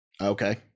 Okay